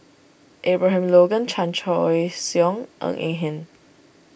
Abraham Logan Chan Choy Siong Ng Eng Hen